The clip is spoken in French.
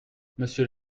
monsieur